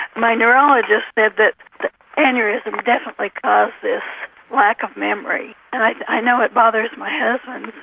my neurologist said that the aneurysm definitely caused this lack of memory and i know it bothers my husband